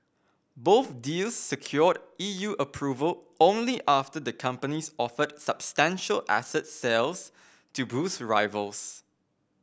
both deals secured E U approval only after the companies offered substantial asset sales to boost rivals